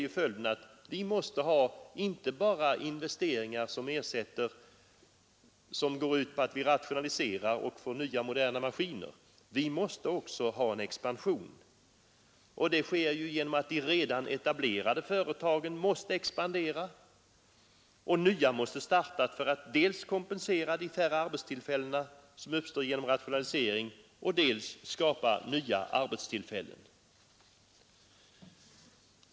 Slutsatsen blir att vi måste ha inte bara sådana investeringar som är en följd av att vi rationaliserar och skaffar nya, moderna maskiner — vi måste också ha en expansion. De redan etablerade företagen måste expandera och nya måste starta för att dels kompensera den minskning av antalet arbetstillfällen som uppstår genom rationaliseringar, dels skapa nya arbetstillfällen.